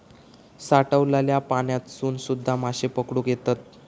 साठलल्या पाण्यातसून सुध्दा माशे पकडुक येतत